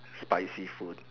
spicy food